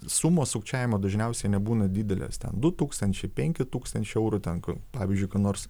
sumos sukčiavimo dažniausiai nebūna didelės ten du tūkstančiai penki tūkstančiai eurų ten kur pavyzdžiui ką nors